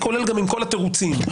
גם את כל התירוצים.